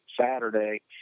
Saturday